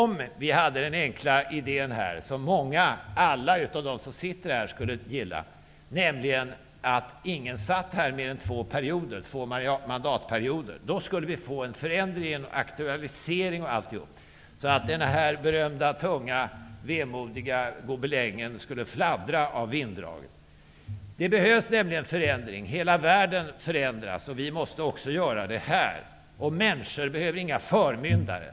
Med den enkla idéen -- som alla utom de som sitter här skulle gilla -- att ingen satt här mer än två mandatperioder, skulle det bli en förändring, en aktualisering. Då skulle den berömda, tunga, vemodiga gobelängen fladdra av vinddraget. Det behövs nämligen en förändring. Hela världen förändras, och vi här måste också förändras. Människor behöver inga förmyndare.